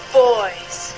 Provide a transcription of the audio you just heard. boys